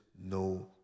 no